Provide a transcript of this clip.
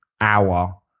hour